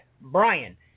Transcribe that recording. Brian